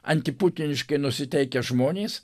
antiputiniškai nusiteikę žmonės